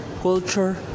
culture